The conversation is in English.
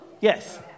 Yes